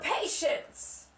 patience